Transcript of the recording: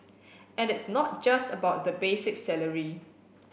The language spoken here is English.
and it's not just about the basic salary